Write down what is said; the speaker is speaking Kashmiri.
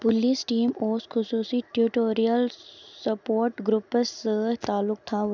پُلیٖس ٹیٖم اوس خصوٗصی ٹیُٹوریل سپورٹ گرُپس سۭتۍ تعلق تھاوٕ